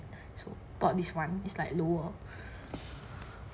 so I bought this one it's like lower